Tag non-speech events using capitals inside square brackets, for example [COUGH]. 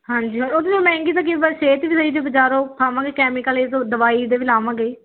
ਹਾਂਜੀ ਉਹਦੇ ਨਾਲ ਮਹਿੰਗੀ ਤਾਂ [UNINTELLIGIBLE] ਬਾਜ਼ਾਰੋ ਖਾਵਾਂਗੇ ਕੈਮੀਕਲ ਇਹ ਜੋ ਦਵਾਈ ਦੇ ਵੀ ਲਾਵਾਂਗੇ